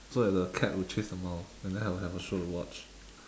so that the cat will chase the mouse and then I will have a show to watch